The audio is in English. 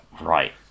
Right